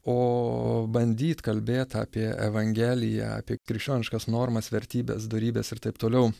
o bandyt kalbėt apie evangeliją apie krikščioniškas normas vertybes dorybes ir taip toliau